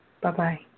Bye-bye